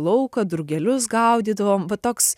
lauką drugelius gaudydavom va toks